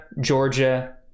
Georgia